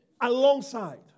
alongside